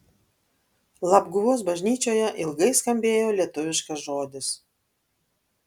labguvos bažnyčioje ilgai skambėjo lietuviškas žodis